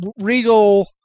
Regal